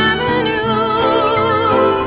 Avenue